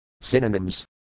Synonyms